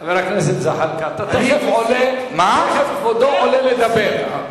חבר הכנסת זחאלקה, תיכף כבודו עולה לדבר.